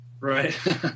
Right